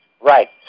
Right